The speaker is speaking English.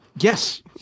Yes